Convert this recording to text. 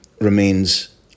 remains